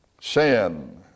Sin